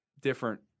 different